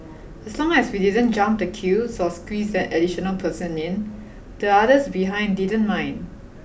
as long as we didn't jump the queues or squeezed an additional person in the others behind didn't mind